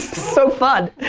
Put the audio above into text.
so fun.